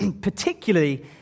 Particularly